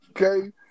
okay